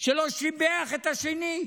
שלא שיבח את השני.